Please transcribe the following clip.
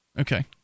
Okay